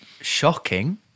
shocking